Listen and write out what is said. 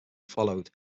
followed